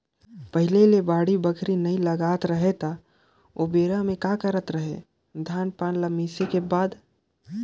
पहिले ले बाड़ी बखरी नइ लगात रहें त ओबेरा में का करत रहें, धान पान ल मिसे के बाद